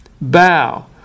bow